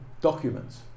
documents